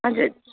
हजुर